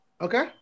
Okay